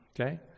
okay